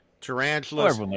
Tarantulas